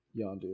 Yondu